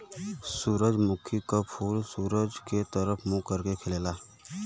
सूरजमुखी क फूल सूरज के तरफ मुंह करके खिलला